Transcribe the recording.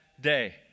day